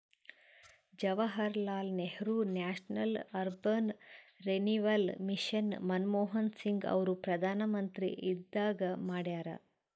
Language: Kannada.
Jawaharlal Nehru national urban renewal mission Manmohan Singh ಅವರು ಪ್ರಧಾನ್ಮಂತ್ರಿ ಇದ್ದಾಗ ಮಾಡ್ಯಾರ್